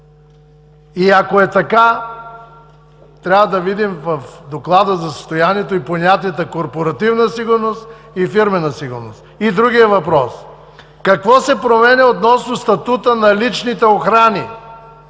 И ако е така, трябва да видим в Доклада за състоянието понятията „корпоративна сигурност“ и „фирмена сигурност“. И другият въпрос: какво се променя относно статута на личните охрани,